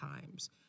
times